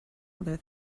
other